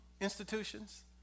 institutions